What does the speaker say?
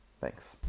Thanks